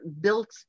built